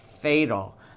fatal